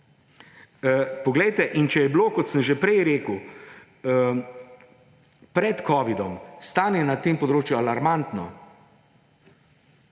ne najde. Če je bilo, kot sem že prej rekel, pred covidom stanje na tem področju alarmantno,